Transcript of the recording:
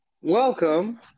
welcome